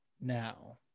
now